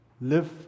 live